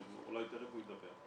אולי תיכף הוא ידבר,